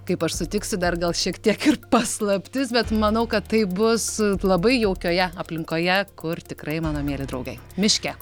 kaip aš sutiksiu dar gal šiek tiek ir paslaptis bet manau kad taip bus labai jaukioje aplinkoje kur tikrai mano mieli draugai miške